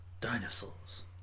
dinosaurs